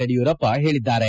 ಯಡಿಯೂರಪ್ಪ ಹೇಳದ್ದಾರೆ